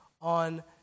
on